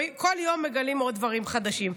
בכל יום מגלים עוד דברים חדשים,